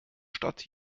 stadt